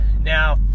now